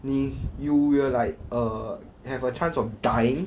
你 you will like err have a chance of dying